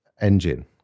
engine